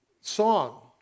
song